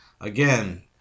again